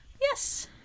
Yes